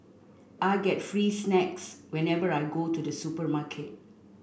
I get free snacks whenever I go to the supermarket